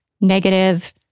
negative